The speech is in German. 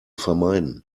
vermeiden